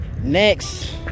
next